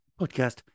podcast